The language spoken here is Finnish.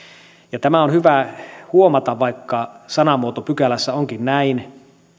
ja tämä on hyvä huomata vaikka sanamuoto pykälässä onkin näin